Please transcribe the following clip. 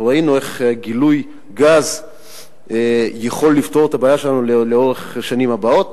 אנחנו ראינו איך גילוי גז יכול לפתור את הבעיה שלנו לשנים הבאות,